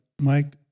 Mike